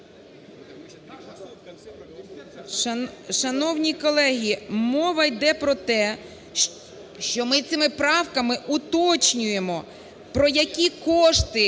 Шановні колеги! Мова йде про те, що ми цими правками уточнюємо, про які кошти